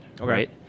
right